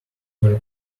were